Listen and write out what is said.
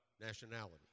nationality